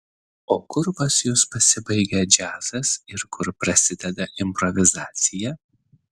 o kur pas jus pasibaigia džiazas ir kur prasideda improvizacija